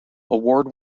award